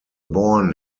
born